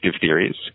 theories